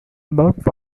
about